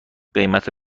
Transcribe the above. قیمت